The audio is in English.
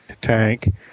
tank